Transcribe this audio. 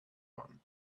one